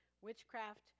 witchcraft